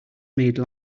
made